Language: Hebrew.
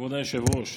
כבוד היושב-ראש,